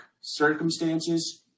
circumstances